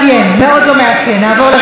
חברת הכנסת מיכל רוזין,